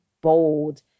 bold